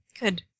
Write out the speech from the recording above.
Good